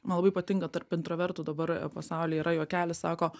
man labai patinka tarp intravertų dabar pasauly yra juokelis sako